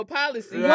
policy